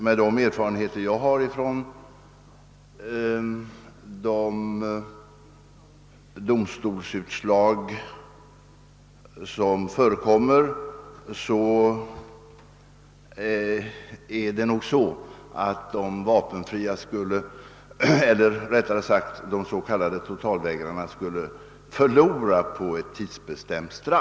Med de erfarenheter jag har av de domstolsutslag som förekommer i dessa fall vill jag säga att de s.k. totalvägrarna troligen skulle förlora på ett tidsbestämt straff.